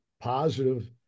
positive